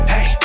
Hey